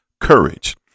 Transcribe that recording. courage